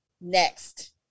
next